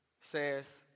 says